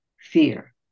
fear